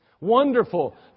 Wonderful